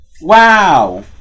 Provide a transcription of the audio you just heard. Wow